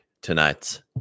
tonight